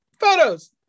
photos